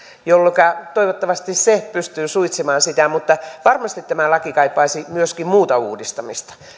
jolloinka toivottavasti se pystyy suitsimaan sitä mutta varmasti tämä laki kaipaisi myöskin muuta uudistamista